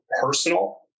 personal